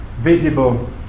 visible